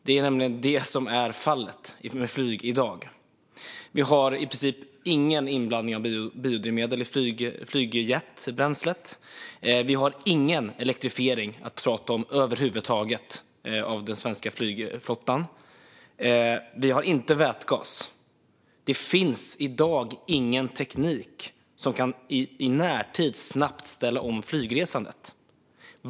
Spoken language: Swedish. Det är nämligen det som är fallet med flyg i dag. Vi har i princip ingen inblandning av biodrivmedel i flygjetbränslet, och vi har ingen elektrifiering av den svenska flygflottan att tala om över huvud taget. Vi har inte vätgas. Det finns i dag ingen teknik som i närtid snabbt kan ställa om flygresandet.